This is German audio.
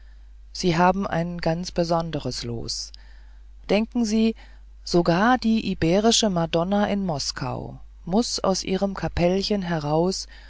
sie haben ein ganz besonderes los denken sie sogar die iberische madonna in moskau muß aus ihrem kapellchen heraus